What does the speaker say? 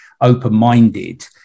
open-minded